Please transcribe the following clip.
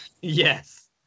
yes